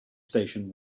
station